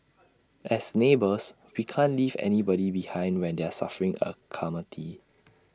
as neighbours we can't leave anybody behind when they're suffering A calamity